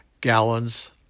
gallons